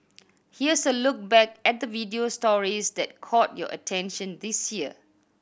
here's a look back at the video stories that caught your attention this year